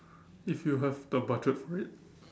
if you have the budget for it